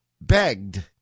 begged